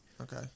Okay